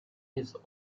his